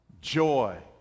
Joy